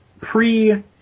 pre